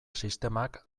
sistemak